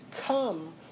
come